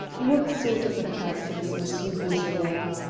what sort of a person is monsieur beaujolais?